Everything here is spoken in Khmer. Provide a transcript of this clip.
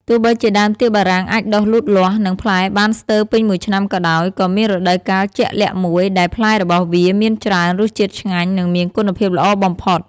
ទោះបីជាដើមទៀបបារាំងអាចដុះលូតលាស់ និងផ្លែបានស្ទើរពេញមួយឆ្នាំក៏ដោយ ក៏មានរដូវកាលជាក់លាក់មួយដែលផ្លែរបស់វាមានច្រើន រសជាតិឆ្ងាញ់ និងមានគុណភាពល្អបំផុត។